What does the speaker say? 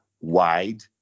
wide